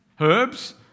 Herbs